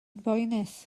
boenus